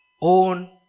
own